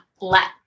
let